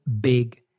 big